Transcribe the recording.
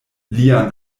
lian